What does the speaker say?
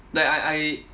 like I I